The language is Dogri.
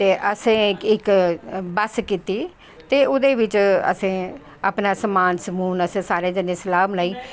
ते असैं इक बस कीती ते ओह्दे बिच्च असैं सारें अपनां समान समून असैं सारें जनें सलाह् बनाई